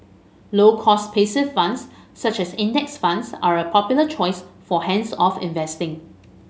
low cost passive funds such as Index Funds are a popular choice for hands off investing